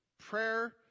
Prayer